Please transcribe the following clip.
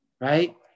right